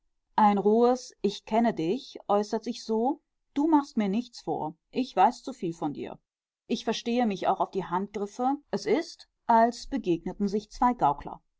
ein rohes ichkennedich äußert sich so du machst mir nichts vor ich weiß zu viel von dir ich verstehe mich auch auf die handgriffe es ist als begegneten sich zwei gaukler